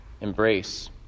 embrace